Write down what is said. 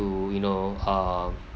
to you know err